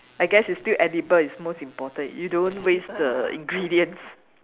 I guess it's still edible is most important you don't waste the ingredients